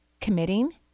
committing